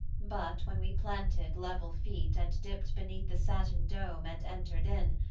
but when we planted level feet, and dipt beneath the satin dome and entered in,